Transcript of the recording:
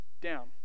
down